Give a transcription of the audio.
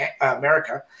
America